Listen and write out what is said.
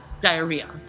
diarrhea